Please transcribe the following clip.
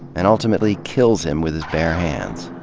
and ultimately kills him with his bare hands.